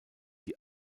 die